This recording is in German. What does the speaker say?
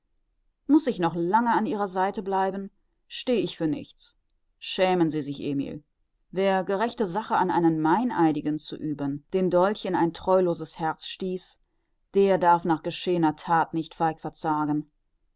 muß ich noch lange an ihrer seite bleiben steh ich für nichts schämen sie sich emil wer gerechte rache an einem meineidigen zu üben den dolch in ein treuloses herz stieß der darf nach geschehener that nicht feig verzagen